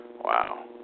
wow